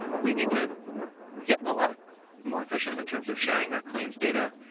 we need to get a lot more efficient in terms of sharing our claims data